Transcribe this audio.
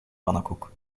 pannenkoek